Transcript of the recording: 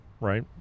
Right